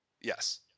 Yes